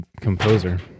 composer